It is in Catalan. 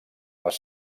les